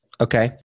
Okay